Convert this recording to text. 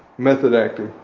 method acting,